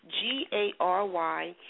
G-A-R-Y